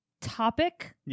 topic